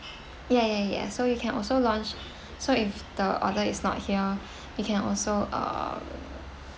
ya ya ya so you can also launch so if the other is not here you can also uh